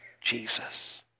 Jesus